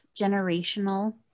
generational